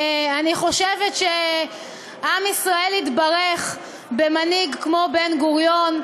אני חושבת שעם ישראל התברך במנהיג כמו בן-גוריון.